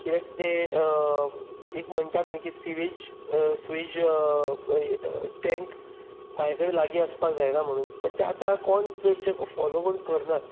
कित्याक ते एक म्हणटात न्ही की सिवेज सिवेज टेंक बांय कडेन लागीं आसपाक जायना म्हणून पण तें आतां कोण चडशे फाॅलो कोण करनात